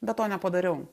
bet to nepadariau